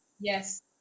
Yes